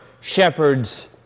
shepherds